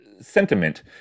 sentiment